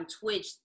Twitch